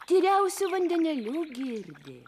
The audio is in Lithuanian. tyriausiu vandenėliu girdė